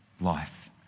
life